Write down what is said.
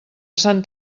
sant